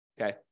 Okay